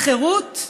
החירות?